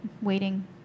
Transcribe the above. waiting